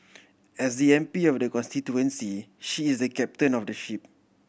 as the M P of the constituency she is the captain of the ship